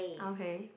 okay